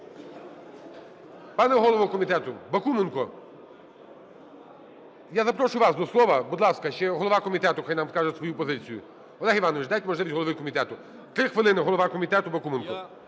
Пане голово комітету, Бакуменко, я запрошую вас до слова. Будь ласка, ще голова комітету хай нам скаже свою позицію. Олегу Івановичу, дайте можливість голові комітету. 3 хвилини, голова комітету Бакуменко.